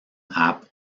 app